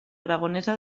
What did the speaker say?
aragonesa